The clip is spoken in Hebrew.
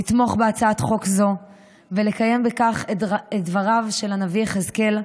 לתמוך בהצעת חוק זו ולקיים בכך את דבריו של הנביא יחזקאל: